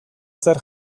zer